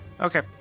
Okay